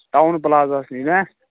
town پٕلازَس نِش نہ